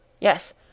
Yes